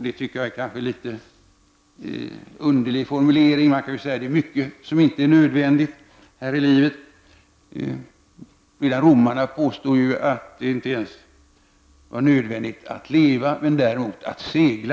Det tycker jag är en något underlig formulering. Man kan säga att det är mycket som inte är nödvändigt här i livet. Romarna påstod ju att det inte ens var nödvändigt att leva men däremot att segla.